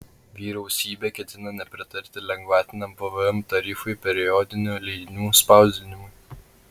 vyriausybė ketina nepritarti lengvatiniam pvm tarifui periodinių leidinių spausdinimui